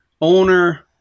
owner